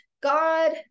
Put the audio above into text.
God